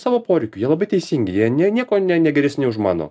savo poreikių jie labai teisingi jie ne nieko ne negeresni už mano